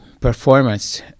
performance